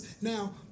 Now